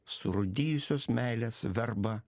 surūdijusios meilės verba